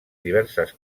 diverses